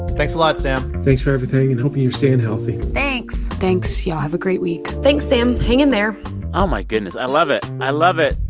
thanks a lot, sam thanks for everything, and hope you're staying healthy thanks thanks. y'all have a great week thanks, sam. hang in there oh, my goodness. i love it. i love it.